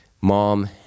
mom